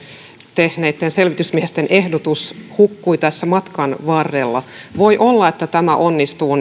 tehneitten selvitysmiesten ehdotus hukkui tässä matkan varrella voi olla että tämä onnistuu